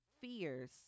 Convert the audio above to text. fears